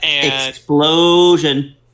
explosion